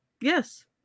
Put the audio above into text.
Yes